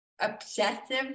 obsessive